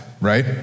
right